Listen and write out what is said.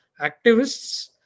activists